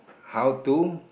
how to